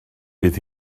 bydd